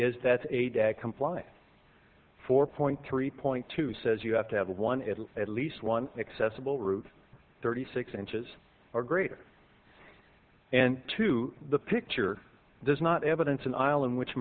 is that a dead compliant four point three point two says you have to have one is at least one accessible route thirty six inches or greater and to the picture there's not evidence an island which